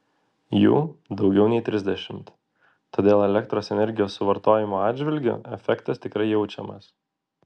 jų daugiau nei trisdešimt todėl elektros energijos suvartojimo atžvilgiu efektas tikrai jaučiamas